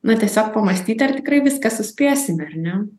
na tiesiog pamąstyti ar tikrai viską suspėsime ar ne